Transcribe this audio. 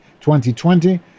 2020